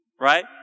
right